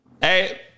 Hey